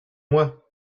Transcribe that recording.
moi